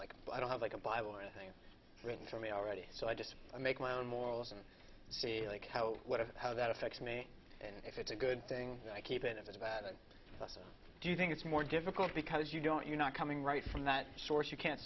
like i don't have like a bible or anything written for me already so i just make my own morals and see how that affects me and if it's a good thing i keep it if it's about it do you think it's more difficult because you don't you're not coming right from that source you can't